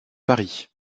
paris